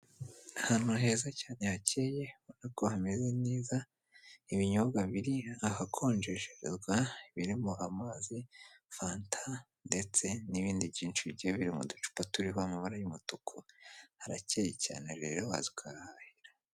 Ahantu heza cyane hakeye ubona ko hameze neza ibinyobwa biri ahakonjesherezwa ibirimo amazi, fanta ndetse n'ibindi byinshi bigiye biri mu ducupa turimo amabara y'umutuku harakeye cyane rero waza ukahahahira.